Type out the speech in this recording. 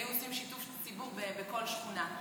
היו עושים שיתוף ציבור בכל שכונה,